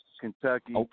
Kentucky